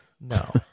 no